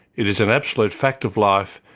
it is an absolute fact of life,